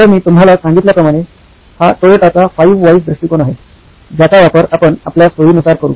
तर मी तुम्हाला सांगितल्या प्रमाणे हा टोयाटो चा फाईव्ह व्हायस दृष्टीकोन आहे ज्याचा वापर आपण आपल्या सोयीनुसार करू